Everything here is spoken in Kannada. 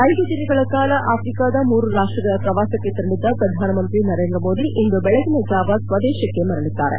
ಐದು ದಿನಗಳ ಕಾಲ ಅಫ್ರಿಕಾದ ಮೂರು ರಾಷ್ಟಗಳ ಪ್ರವಾಸಕ್ಕೆ ತೆರಳಿದ್ದ ಪ್ರಧಾನಮಂತ್ರಿ ನರೇಂದ್ರ ಮೋದಿ ಇಂದು ಬೆಳಗಿನ ಜಾವ ಸ್ವದೇಶಕ್ಕೆ ಮರಳಿದ್ದಾರೆ